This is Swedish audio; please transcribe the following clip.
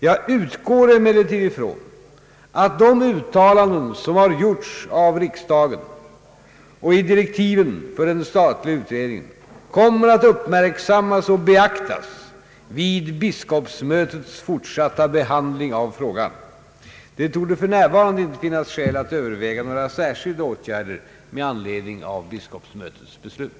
Jag utgår emellertid ifrån att de uttalanden som har gjorts av riksdagen och i direktiven för den statliga utredningen kommer att uppmärksammas och beaktas vid biskopsmötets fortsatta behandling av frågan. Det torde f.n. inte finnas skäl att överväga några särskilda åtgärder med anledning av biskopsmötets beslut.